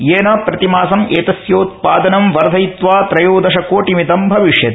येन प्रतिमासं एतस्योत्पादनं वर्धयित्वा त्रयोदश कोटिमितं भविष्यति